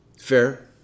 Fair